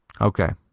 Okay